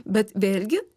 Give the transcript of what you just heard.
bet vėlgi